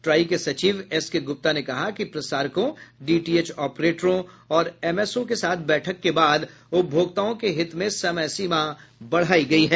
try के सचिव S K Gupta ने कहा कि प्रसारकों डीटीएच ऑपरेटरों और एमएसओ के साथ बैठक के बाद उपभोक्ताओं के हित में समय सीमा बढ़ायी गई है